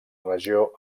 regió